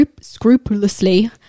scrupulously